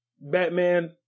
Batman